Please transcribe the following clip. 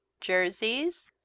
Jerseys